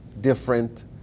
different